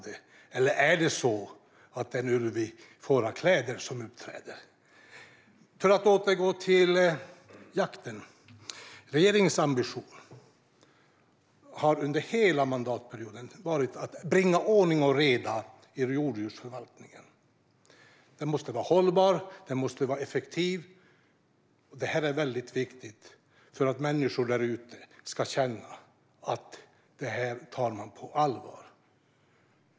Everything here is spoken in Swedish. Eller är det en ulv i fårakläder som uppträder? Låt mig återgå till jakten. Regeringens ambition har under hela mandatperioden varit att bringa ordning och reda i rovdjursförvaltningen. Den måste vara hållbar och effektiv. Det är viktigt för att människor ska känna att vi tar detta på allvar.